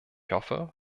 hoffe